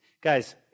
Guys